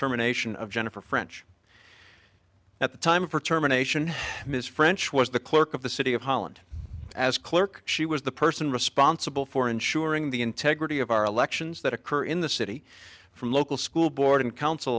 terminations of jennifer french at the time of her terminations ms french was the clerk of the city of holland as clerk she was the person responsible for ensuring the integrity of our elections that occur in the city from local school board in coun